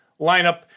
lineup